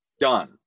done